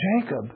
Jacob